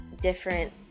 different